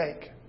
take